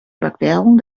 überquerung